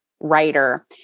writer